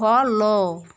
follow